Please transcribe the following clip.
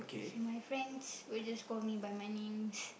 so my friends will just call me by my names